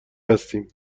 هستیم